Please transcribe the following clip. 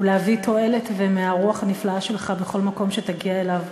ולהביא תועלת מהרוח הנפלאה שלך בכל מקום שתגיע אליו.